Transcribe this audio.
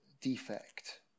defect